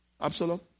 Absalom